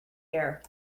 air